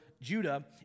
Judah